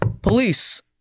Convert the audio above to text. police